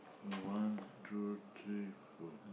one two three four